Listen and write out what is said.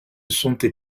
santé